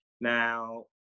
Now